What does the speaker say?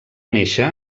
néixer